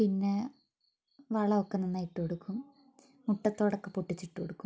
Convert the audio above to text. പിന്നെ വളം ഒക്കെ നന്നായി ഇട്ടുകൊടുക്കും മുട്ട തോടൊക്കെ പൊട്ടിച്ച്